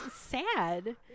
sad